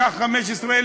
כך, למשל,